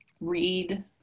read